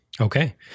Okay